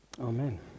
Amen